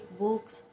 books